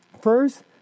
First